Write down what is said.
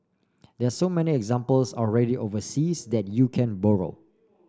there so many examples already overseas that you can borrow